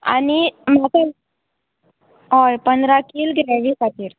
आनी म्हाका ये होय पंदरा किल ग्रेवी खातीर